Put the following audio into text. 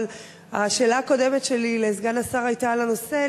אבל השאלה הקודמת שלי לסגן השר היתה על הנושא,